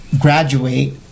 graduate